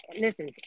Listen